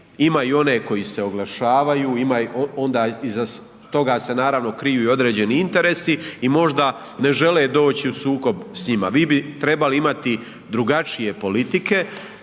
imaju one koji se oglašavaju, iza toga se naravno kriju i određeni interesi i možda ne žele doći u sukob s njima. Vi bi trebali imati drugačije politike.